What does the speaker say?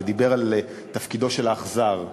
ודיבר על תפקידו של האכזר.